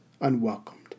unwelcomed